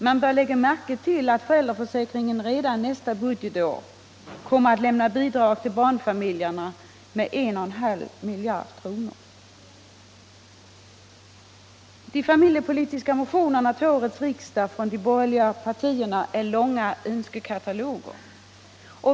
Man bör lägga märke till att föräldraförsäkringen redan nästa budgetår kommer att lämna bidrag till barnfamiljerna med 1,5 miljarder kronor. De familjepolitiska motionerna från de borgerliga partierna till årets riksdag är långa önskekataloger.